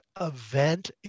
event